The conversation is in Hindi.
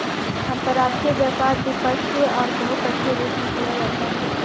अंतर्राष्ट्रीय व्यापार द्विपक्षीय और बहुपक्षीय रूप में किया जाता है